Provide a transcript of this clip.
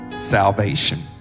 salvation